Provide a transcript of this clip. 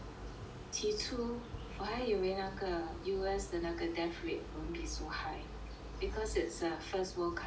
起初我还以为那个 U_S 的那个 death rate won't be so high because it's a first world country